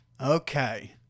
Okay